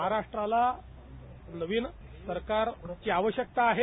महाराष्ट्राला नविन सरकारची आवश्यकता आहे